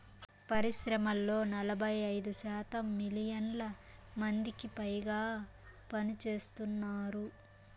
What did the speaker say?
పరిశ్రమల్లో నలభై ఐదు శాతం మిలియన్ల మందికిపైగా పనిచేస్తున్నారు